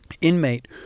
inmate